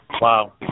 Wow